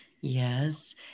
Yes